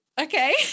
Okay